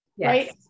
right